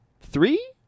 three